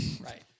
right